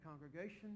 congregation